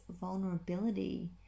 vulnerability